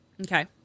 okay